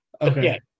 Okay